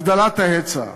הגדלת ההיצע,